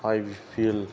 I S L